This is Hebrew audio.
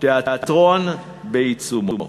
תיאטרון בעיצומו.